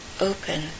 open